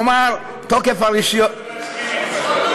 אני נוטה להסכים אתך.